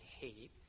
hate